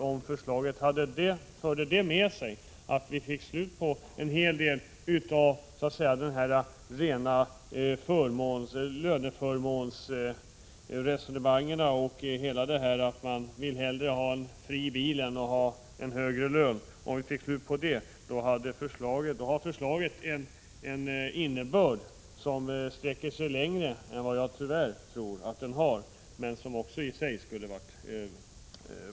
Om förslaget förde det med sig, att vi fick slut på alla dessa löneförmånsresonemang kring tjänstebilssystemet, då skulle det vara en mycket positiv effekt, men jag tror tyvärr inte att så blir fallet.